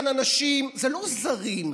וזה לא יעבור כי יש כאן אנשים, זה לא זרים,